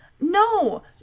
no